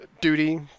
duty